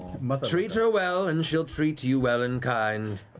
matt treat her well and she'll treat you well in kind.